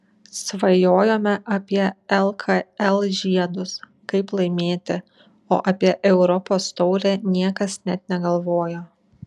svajojome apie lkl žiedus kaip laimėti o apie europos taurę niekas net negalvojo